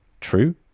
true